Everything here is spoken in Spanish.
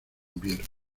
invierno